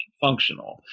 functional